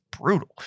brutal